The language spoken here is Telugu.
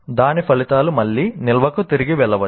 దాని ఫలితాలు మళ్ళీ నిల్వకు తిరిగి వెళ్ళవచ్చు